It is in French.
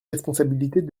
responsabilités